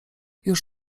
już